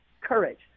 Courage